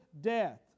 death